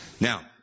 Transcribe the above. Now